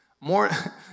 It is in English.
More